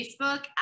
Facebook